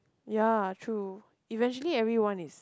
ya true eventually everyone is